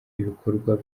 ibikorwa